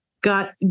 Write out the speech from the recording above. Got